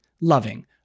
Loving